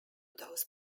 those